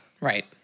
right